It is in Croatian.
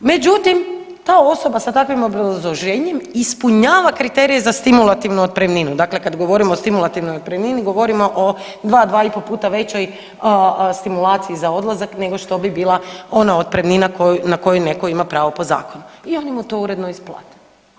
Međutim, ta osoba sa takvim obrazloženjem ispunjava kriterije za stimulativnu otpremninu, dakle kad govorimo o stimulativnoj otpremnini, govorimo o 2, 2,5 puta većoj stimulaciji za odlazak nego što bi bila ona otpremnina koju, na koju netko ima pravo po zakonu i oni mu to uredno isplate.